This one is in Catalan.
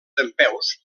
dempeus